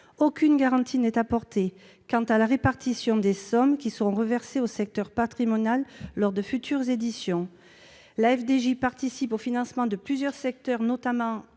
Aucune garantie n'est apportée quant à la répartition des sommes qui seront affectées au secteur patrimonial lors de futures éditions. La FDJ participe au financement de plusieurs secteurs, notamment,